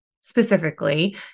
specifically